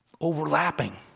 overlapping